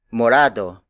morado